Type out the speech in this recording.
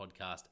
podcast